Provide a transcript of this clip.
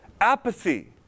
Apathy